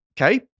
okay